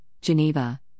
Geneva